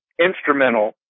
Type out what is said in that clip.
instrumental